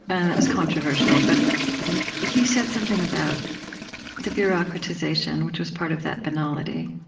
and that was controversial. but you said something about the bureaucratization, which was part of that banality,